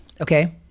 okay